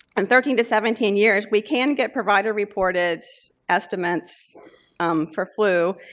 and thirteen seventeen years, we can get provider-reported estimates for flu.